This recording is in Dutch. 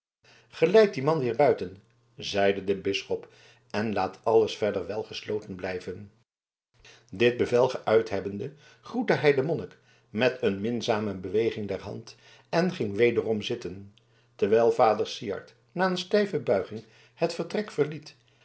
geleid dien man weer buiten zeide de bisschop en laat alles verder wel gesloten blijven dit bevel geuit hebbende groette hij den monnik met een minzame beweging der hand en ging wederom zitten terwijl vader syard na een stijve buiging het vertrek verliet